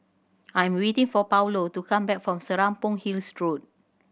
I'm waiting for Paulo to come back from Serapong Hill Road